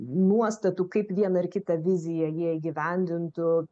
nuostatų kaip vieną ar kitą viziją jie įgyvendintų